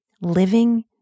living